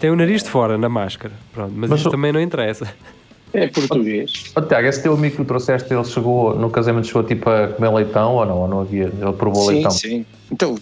Tem o nariz de fora, na máscara. Pronto, mas Mas isto o- também não interessa. É português. Oh, Tiago, esse teu amigo que o trouxeste, ele chegou no casamento, chegou, tipo, a comer leitão, ou não? Ou não havia- ele provou Sim, leitão? sim. Então,